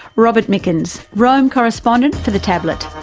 robert mickens, rome correspondent for the tablet.